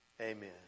Amen